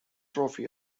trophy